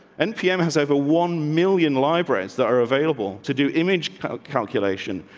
and pm has over one million libraries that are available to do image calculation,